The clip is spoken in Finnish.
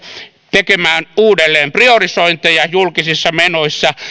tekemään uudelleenpriorisointeja julkisissa menoissa